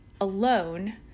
alone